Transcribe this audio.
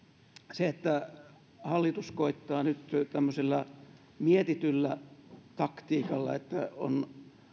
se että hallitus koettaa nyt tämmöisellä mietityllä taktiikalla että on